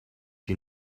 you